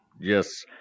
Yes